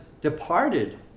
departed